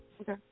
Okay